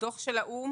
דוח של האו"ם,